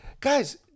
guys